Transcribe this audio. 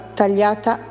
tagliata